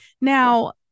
Now